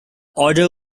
order